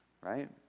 right